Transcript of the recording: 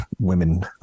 women